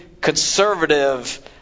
conservative